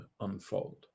unfold